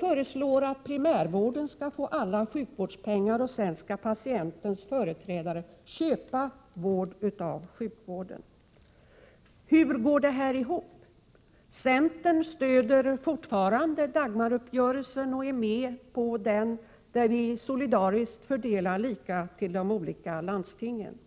föreslår att primärvården skall få alla sjukvårdspengar. Sedan = Prot. 1987/88:96 skall patientens företrädare köpa vård av sjukvården. Hur går detta ihop? = 8 april 1988 Centern stöder fortfarande Dagmaruppgörelsen, som innebär en solidarisk och lika fördelning till de olika landstingen.